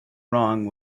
wrong